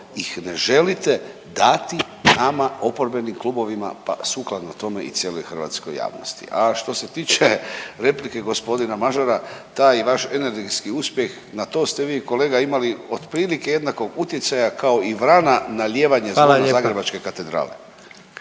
ih ne želite dati nama oporbenim klubovima pa sukladno tome i cijeloj hrvatskoj javnosti? A što se tiče replike g. Mažora taj vaš energetski uspjeh na to ste vi kolega imali otprilike jednakog utjecaja kao i vrana …/Upadica predsjednik: